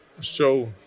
show